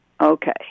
Okay